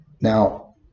Now